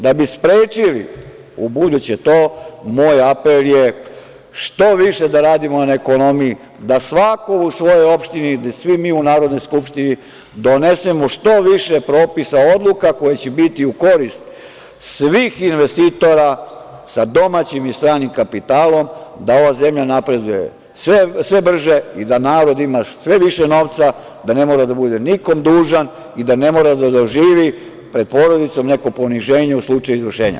Da bi sprečili to ubuduće, moj apel je što više da radimo na ekonomiji, da svako u svojoj opštini, svi mi u Narodnoj skupštini, donesemo što više propisa, odluka koje će biti u korist svih investitora sa domaćim i stranim kapitalom da ova zemlja napreduje sve brže i da narod ima sve više novca, da ne mora da bude nikom dužan i da ne mora da doživi pred porodicom neko poniženje u slučaju izvršenja.